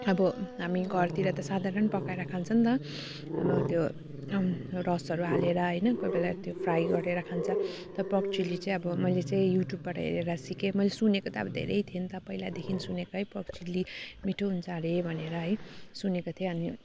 अब हामी घरतिर त साधारण पकाएर खान्छ नि त अब त्यो रसहरू हालेर होइन कोही बेला त्यो फ्राई गरेर खान्छ तर पर्क चिल्ली चाहिँ अब मैले चाहिँ युट्युबबाट हेरेर सिकेँ मैले सुनेको त अब धेरै थियो नि त पहिलादेखि सुनेको है पर्क चिल्ली मिठो हुन्छ हरे भनेर है सुनेको थिएँ अनि